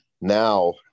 Now